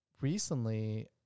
recently